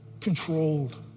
controlled